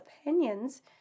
opinions